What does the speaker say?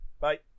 bye